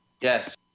Yes